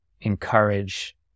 encourage